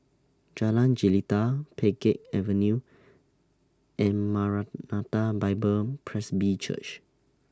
Jalan Jelita Pheng Geck Avenue and Maranatha Bible Presby Church